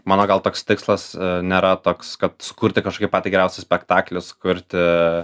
mano gal toks tikslas nėra toks kad sukurti kažkaip patį geriausią spektaklį o sukurti